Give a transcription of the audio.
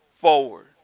forward